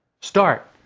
Start